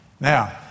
Now